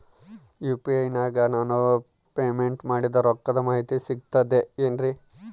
UPI ನಾಗ ನಾನು payment ಮಾಡಿದ ರೊಕ್ಕದ ಮಾಹಿತಿ ಸಿಕ್ತದೆ ಏನ್ರಿ?